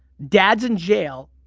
dad's in jail,